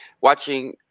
watching